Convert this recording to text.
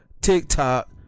TikTok